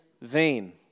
vain